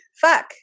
fuck